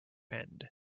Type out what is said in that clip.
end